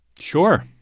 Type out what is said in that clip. Sure